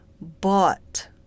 bought